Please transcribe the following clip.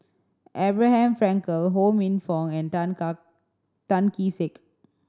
Abraham Frankel Ho Minfong and Tan Kee Sek